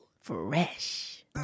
Fresh